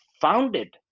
founded